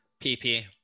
pp